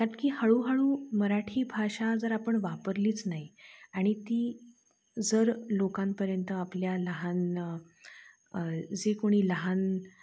कारण की हळूहळू मराठी भाषा जर आपण वापरलीच नाही आणि ती जर लोकांपर्यंत आपल्या लहान जे कोणी लहान